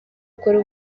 akora